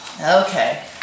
Okay